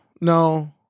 no